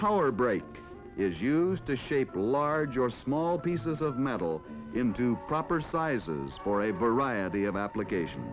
power break is used to shape large or small pieces of metal into proper sizes for a variety of application